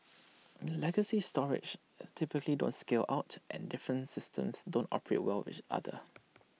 legacy storage as typically don't scale out and different systems don't operate well with each other